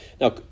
Now